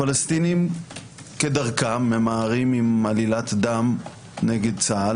הפלסטינים כדרכם ממהרים עם עלילת דם נגד צה"ל.